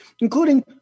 including